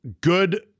Good